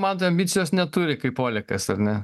man tai ambicijos neturi kaip olekas ar ne